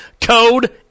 Code